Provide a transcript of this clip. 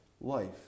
Life